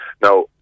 Now